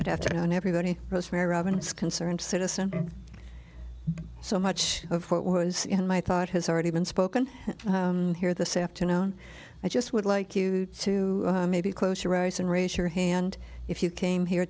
good afternoon everybody rosemary robins concerned citizen so much of what was in my thought has already been spoken here the say after no i just would like you to maybe close your eyes and raise your hand if you came here